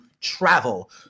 travel